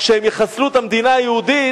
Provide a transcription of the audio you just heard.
כשהם יחסלו את המדינה היהודית,